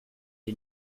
you